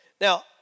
Now